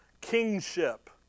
kingship